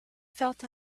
felt